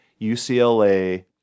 UCLA